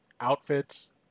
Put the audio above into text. outfits